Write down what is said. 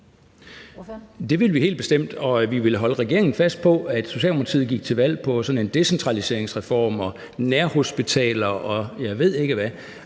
Det vil vi helt bestemt, og vi vil holde regeringen fast på, at Socialdemokratiet gik til valg på sådan en decentraliseringsreform og nærhospitaler, og jeg ved ikke hvad,